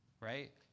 Right